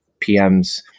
PMs